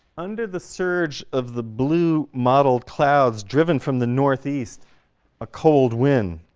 under the surge of the blue mottled clouds driven from the northeast a cold wind.